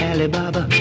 Alibaba